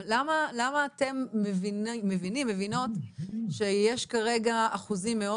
למה אתם מבינים או מבינות שיש כרגע אחוזים מאוד